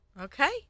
Okay